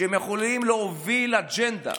שהם יכולים להוביל אג'נדה.